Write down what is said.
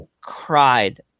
cried